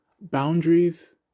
boundaries